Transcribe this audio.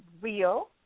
real